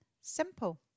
simple